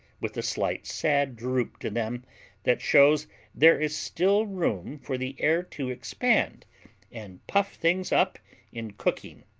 with a slight sad droop to them that shows there is still room for the air to expand and puff things up in cooking.